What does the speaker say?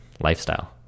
lifestyle